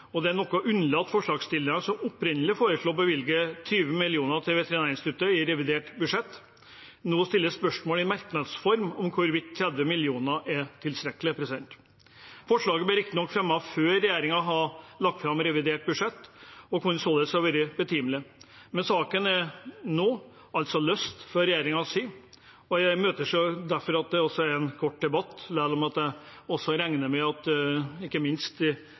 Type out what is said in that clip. dører. Det er noe underlig at forslagsstillerne som opprinnelig foreslo å bevilge 20 mill. kr til Veterinærinstituttet i revidert budsjett, nå stiller spørsmål i merknads form om hvorvidt 30 mill. kr er tilstrekkelig. Forslaget ble riktignok fremmet før regjeringen hadde lagt fram revidert budsjett og kunne således ha vært betimelig, men saken er nå løst fra regjeringens side. Jeg imøteser derfor en kort debatt, og jeg regner med at ikke minst